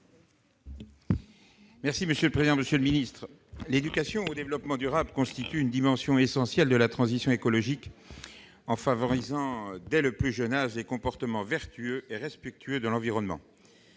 parole est à M. Jean-François Longeot. L'éducation au développement durable constitue une dimension essentielle de la transition écologique ; elle favorise, dès le plus jeune âge, les comportements vertueux et respectueux de l'environnement.